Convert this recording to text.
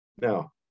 now